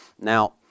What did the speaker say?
Now